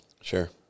Sure